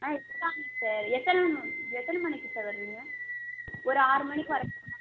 ஆ இருக்காங்க சார் எத்தனை மணி எத்தனை மணிக்கு சார் வருவீங்க ஒரு ஆறு மணிக்கு வர முடியுமா